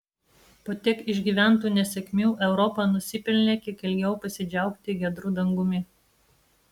po tiek išgyventų nesėkmių europa nusipelnė kiek ilgiau pasidžiaugti giedru dangumi